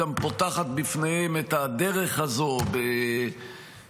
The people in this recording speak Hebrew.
גם פותחת בפניהם את הדרך הזו בשמחה,